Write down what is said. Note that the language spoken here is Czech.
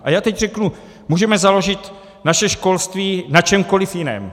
A já teď řeknu, můžeme založit naše školství na čemkoliv jiném.